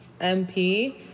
MP